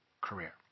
career